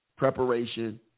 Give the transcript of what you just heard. preparation